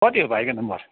कति हो भाइको नम्बर